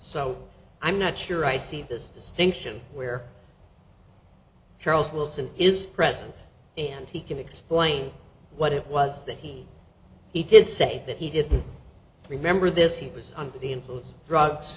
so i'm not sure i see this distinction where charles wilson is present and he can explain what it was that he he did say that he didn't remember this he was under the influence of drugs